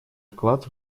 вклад